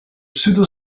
pseudo